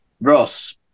Ross